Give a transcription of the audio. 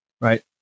right